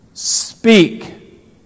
Speak